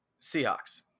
Seahawks